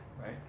right